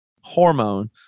hormone